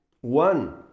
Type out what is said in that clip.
one